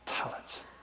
talents